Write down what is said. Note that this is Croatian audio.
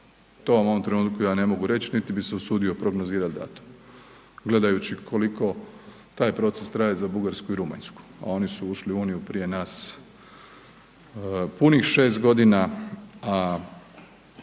to vam u ovom trenutku ja ne mogu reć, niti bi se usudio prognozirat datum, gledajući koliko taj proces traje za Bugarsku i Rumunjsku, a oni su ušli u Uniju prije nas punih 6.g.,